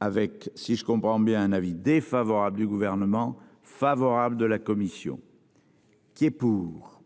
avec, si je comprends bien un avis défavorable du gouvernement favorable de la commission. Qui est pour.